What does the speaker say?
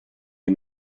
des